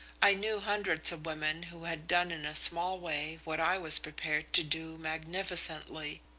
i knew hundreds of women who had done in a small way what i was prepared to do magnificently.